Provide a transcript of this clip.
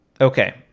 Okay